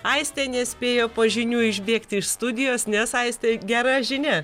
aistė nespėjo po žinių išbėgti iš studijos nes aiste gera žinia